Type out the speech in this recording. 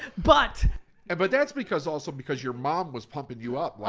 but but that's because also because your mom was pumping you up,